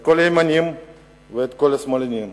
כל הימנים וכל השמאלנים,